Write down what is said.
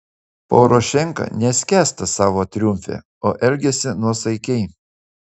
porošenka neskęsta savo triumfe o elgiasi nuosaikiai